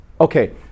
Okay